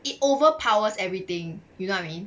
it overpowers everything you know what I mean